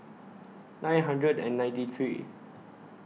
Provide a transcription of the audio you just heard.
nine hundred and ninety three